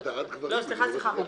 אני